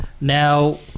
Now